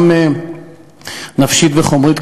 גם נפשית וגם חומרית,